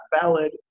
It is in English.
valid